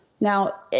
Now